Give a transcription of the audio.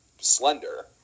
slender